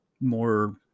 more